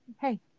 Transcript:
Hey